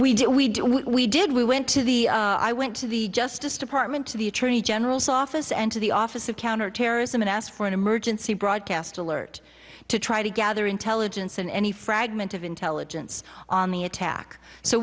do we did we went to the i went to the justice department to the attorney general's office and to the office of counterterrorism and asked for an emergency broadcast alert to try to gather intelligence and any fragment of intelligence on the attack so